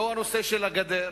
לא הנושא של הגדר,